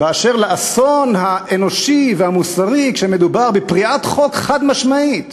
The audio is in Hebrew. על האסון האנושי והמוסרי כשמדובר בפריעת חוק חד-משמעית